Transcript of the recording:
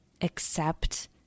accept